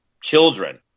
children